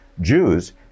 Jews